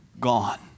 gone